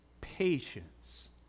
patience